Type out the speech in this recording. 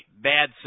bad